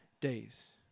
days